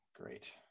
great